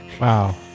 Wow